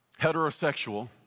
heterosexual